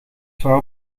vooral